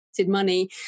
money